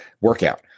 workout